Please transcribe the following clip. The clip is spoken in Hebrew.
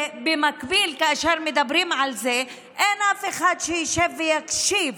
במקביל כאשר מדברים על זה, אין אף אחד שישב ויקשיב